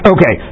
Okay